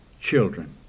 children